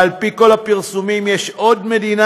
אבל על פי כל הפרסומים, יש עוד מדינה,